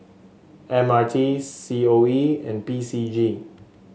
M R T C O E and P C G